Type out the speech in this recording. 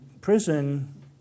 prison